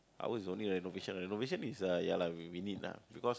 ours is only renovation renovation is uh ya lah we need lah because